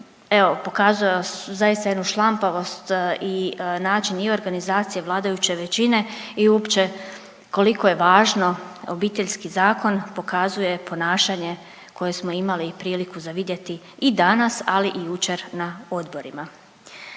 evo pokazali su zaista jednu šlampavost i način i organizacije vladajuće većine i uopće koliko je važno Obiteljski zakon pokazuje ponašanje koje smo imali priliku za vidjeti i danas, ali i jučer na odborima.